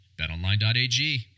BetOnline.ag